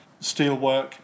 steelwork